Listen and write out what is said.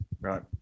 Right